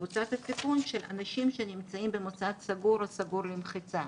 קבוצת הסיכון של אנשים שנמצאים במוסד סגור או סגור למחצה,